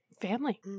Family